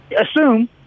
assume